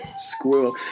Squirrel